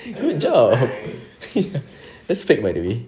good job ya that's fake by the way